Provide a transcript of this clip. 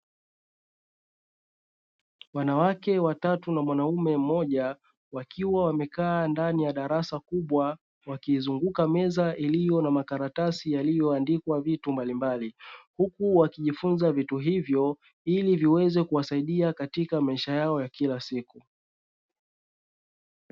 Wanawake watatu na mwanaume mmoja wakiwa wamekaa ndani ya darasa kubwa, wakizunguka meza iliyo na makaratasi yaliyoandikwa vitu mbalimbali. Huku wakijifunza vitu hivyo ili viweze kuwasaidia katika maisha yao ya kila siku.